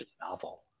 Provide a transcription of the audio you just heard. novel